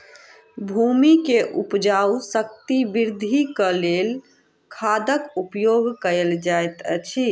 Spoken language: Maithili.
भूमि के उपजाऊ शक्ति वृद्धिक लेल खादक उपयोग कयल जाइत अछि